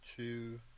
Two